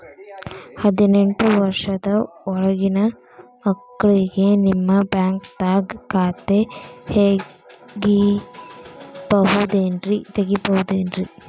ಹದಿನೆಂಟು ವರ್ಷದ ಒಳಗಿನ ಮಕ್ಳಿಗೆ ನಿಮ್ಮ ಬ್ಯಾಂಕ್ದಾಗ ಖಾತೆ ತೆಗಿಬಹುದೆನ್ರಿ?